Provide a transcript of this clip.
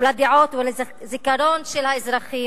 לדעות ולזיכרון של האזרחים.